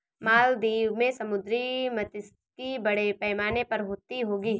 मालदीव में समुद्री मात्स्यिकी बड़े पैमाने पर होती होगी